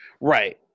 Right